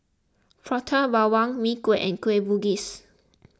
Prata Bawang Mee Kuah and Kueh Bugis